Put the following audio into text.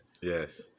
Yes